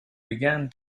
began